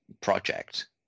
project